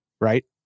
right